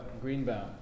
Greenbaum